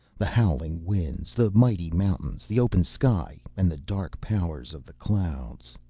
the howling winds, the mighty mountains, the open sky and the dark powers of the clouds.